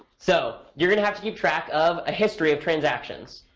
so you're going to have to keep track of a history of transactions.